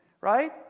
right